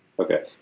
Okay